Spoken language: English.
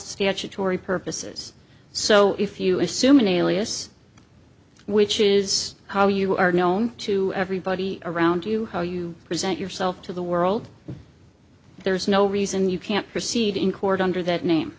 statutory purposes so if you assume an alias which is how you are known to everybody around you how you present yourself to the world there is no reason you can't proceed in court under that name